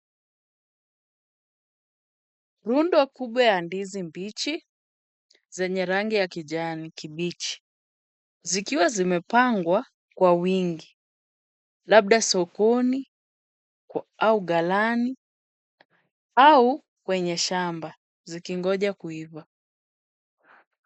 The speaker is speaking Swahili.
Rundo kubwa ya ndizi mbichi zenye rangi ya kijani kibichi, zikiwa zimepangwa kwa wingi, labda sokoni au ghalani au k wenye shamba zikingoja kuiva.